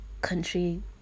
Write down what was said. country